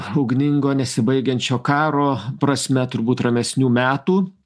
ugningo nesibaigiančio karo prasme turbūt ramesnių metų